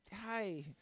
hi